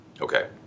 Okay